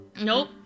Nope